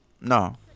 No